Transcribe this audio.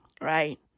right